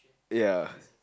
ya